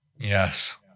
Yes